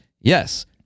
Yes